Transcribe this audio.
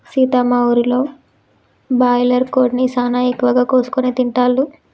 సీత మా ఊరిలో బాయిలర్ కోడిని సానా ఎక్కువగా కోసుకొని తింటాల్లు